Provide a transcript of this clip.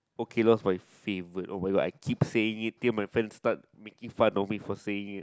okay lor is my favourite oh my god I keep saying it till my friends start making fun of me for saying it